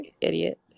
idiot